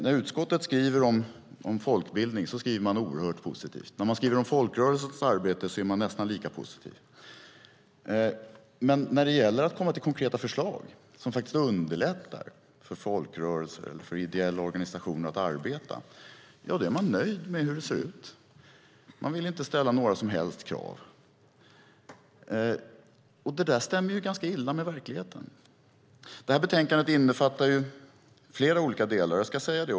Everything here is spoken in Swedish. När utskottet skriver om folkbildning skriver man oerhört positivt. När man skriver om folkrörelsernas arbete är man nästan lika positiv. Men när det gäller att komma till konkreta förslag, som underlättar för folkrörelser eller ideella organisationer att arbeta, är man nöjd med hur det ser ut. Man vill inte ställa några som helst krav. Det där stämmer ganska illa med verkligheten. Detta betänkande innefattar flera olika delar.